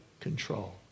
control